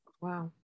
Wow